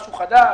משהו חדש,